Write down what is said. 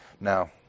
Now